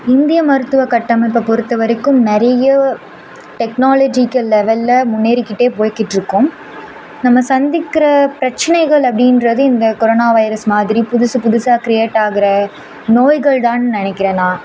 இந்திய மருத்துவ கட்டமைப்பை பொறுத்த வரைக்கும் நிறைய டெக்னாலஜிக்கல் லெவலில் முன்னேறிக்கிட்டே போய்கிட்டுருக்கோம் நம்ம சந்திக்கின்ற பிரச்சினைகள் அப்படின்றது இந்த கொரோனா வைரஸ் மாதிரி புதுசு புதுசாக கிரியேட் ஆகிற நோய்கள் தான்னு நினைக்கிறேன் நான்